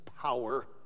power